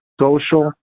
social